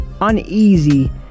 uneasy